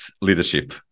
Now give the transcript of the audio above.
leadership